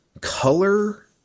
Color